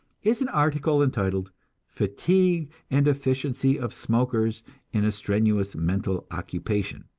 is an article entitled fatigue and efficiency of smokers in a strenuous mental occupation.